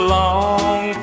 long